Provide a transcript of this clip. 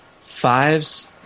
fives